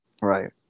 Right